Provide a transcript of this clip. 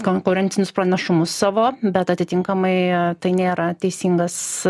konkurencinius pranašumus savo bet atitinkamai tai nėra teisingas